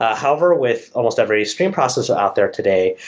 ah however, with almost every stream processors out there today,